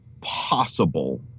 possible